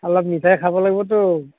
অলপ মিঠাই খাব লাগিবতো